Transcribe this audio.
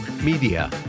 media